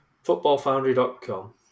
footballfoundry.com